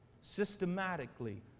Systematically